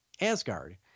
Asgard